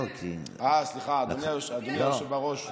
אה, סליחה, אדוני היושב-ראש.